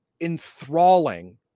enthralling